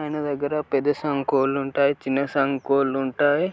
ఆయన దగ్గర పెద్దసాంగు కోళ్ళు ఉంటాయి చిన్నసాంగు కోళ్ళు ఉంటాయి